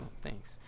Thanks